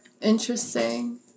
interesting